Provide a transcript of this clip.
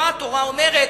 מה התורה אומרת,